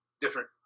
different